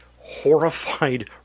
horrified